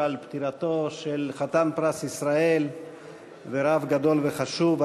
על פטירתו של חתן פרס ישראל ורב גדול וחשוב,